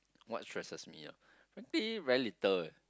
what stresses me I think very little